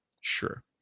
Sure